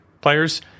players